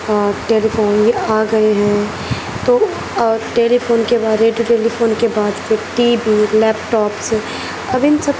اور ٹیلیفون یہ آ گئے ہیں تو اور ٹیلیفون کے بعد یہ ہے کہ جو ٹیلیفون کے بعد پھر ٹی وی لیپ ٹاپس اب ان سب